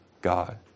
God